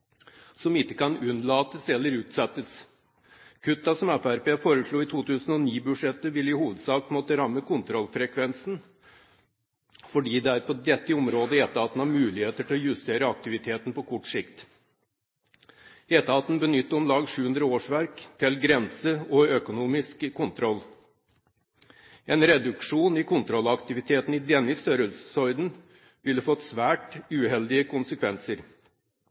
som ikke kan unnlates eller utsettes. Kuttene som Fremskrittspartiet foreslo i 2009-budsjettet, ville i hovedsak måtte ramme kontrollfrekvensen, fordi det er på dette området etaten har mulighet til å justere aktiviteten på kort sikt. Etaten benytter om lag 700 årsverk til grensekontroll og økonomisk kontroll. En reduksjon i kontrollaktiviteten i denne størrelsesorden ville fått svært uheldige konsekvenser.